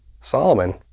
Solomon